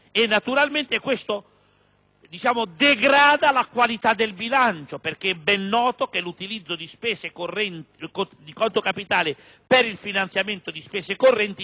questo degrada la qualità del bilancio, perché è ben noto che l'utilizzo di fondi in conto capitale per il finanziamento di spese correnti degrada i fondi di parte